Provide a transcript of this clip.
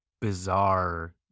bizarre